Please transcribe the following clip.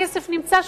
הכסף נמצא שם,